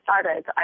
started